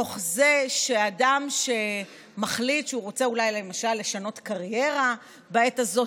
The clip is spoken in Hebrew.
ואם בתוך זה אדם מחליט אולי שהוא רוצה למשל לשנות קריירה בעת הזו,